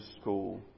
school